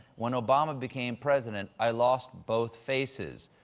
when obama became president i lost both faces.